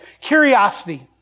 Curiosity